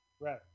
Right